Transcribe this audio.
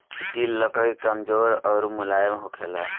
गिल लकड़ी कमजोर अउर मुलायम होखेला